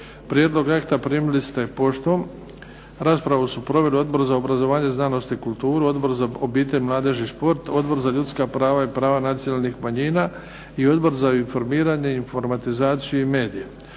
Prijedlog akta primili ste poštom. Raspravu su proveli Odbor za obrazovanje, znanost i kulturu, Odbor za obitelj, mladež i šport, Odbor za ljudska prava i prava nacionalnih manjina i Odbor za informiranje, informatizaciju i medije.